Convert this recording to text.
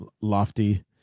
lofty